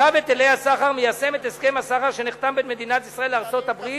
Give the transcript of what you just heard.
צו היטלי הסחר מיישם את הסכם הסחר שנחתם בין מדינת ישראל לארצות-הברית,